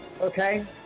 Okay